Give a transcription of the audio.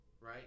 right